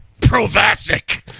Provasic